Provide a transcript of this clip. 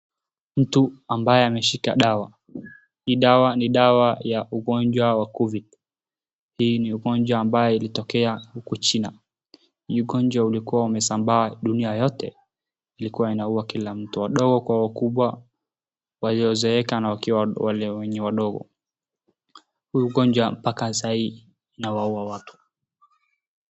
Mtu ambaye ameshika sana. Hii dawa ni dawa ya ugonjwa wa Covid. Hii ni Ugonjwa ambayo ilitokea huko China. Hii ugonjwa ilikuwa imesambaa dunia yote. Ilikuwa inaua kila mtu. Wadogo kwa wakubwa, waliozeeka na wenye ni wadogo. Hii ugonjwa mpaka saa hii inawaua watu.